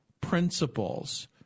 principles